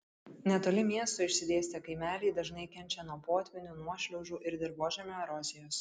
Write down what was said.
netoli miesto išsidėstę kaimeliai dažnai kenčia nuo potvynių nuošliaužų ir dirvožemio erozijos